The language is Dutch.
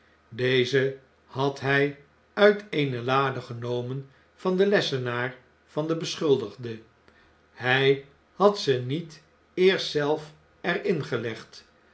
deze had h j uit eene lade genomen van den lessenaar van den beschuldigde hjj had ze niet eerst zelf er